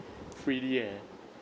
freely eh